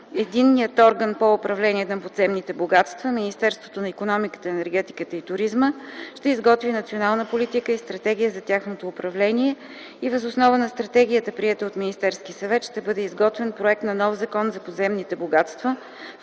единният орган по управлението на подземните богатства – Министерството на икономиката, енергетиката и туризма, ще изготви национална политика и стратегия за тяхното управление и въз основа на стратегията, приета от Министерския съвет, ще бъде изготвен проект на нов закон за подземните богатства,